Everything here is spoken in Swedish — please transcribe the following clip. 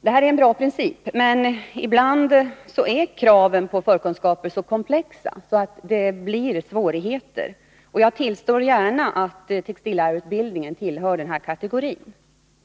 Detta är en bra princip, men ibland är kraven på förkunskaper så komplexa att det uppstår svårigheter. Jag tillstår gärna att textillärarutbildningen tillhör den kategorin.